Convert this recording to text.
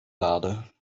lade